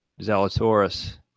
Zalatoris